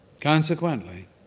Consequently